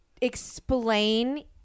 explain